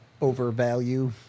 Overvalue